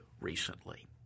recently